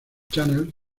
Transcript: chanel